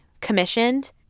commissioned